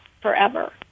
forever